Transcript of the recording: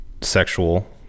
sexual